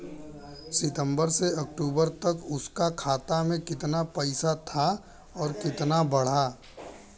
सितंबर से अक्टूबर तक उसका खाता में कीतना पेसा था और कीतना बड़ा?